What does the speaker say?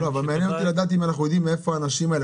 --- מעניין אותי לדעת אם אנחנו יודעים מאיפה האנשים האלה.